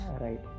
right